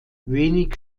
wenig